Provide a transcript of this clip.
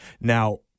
Now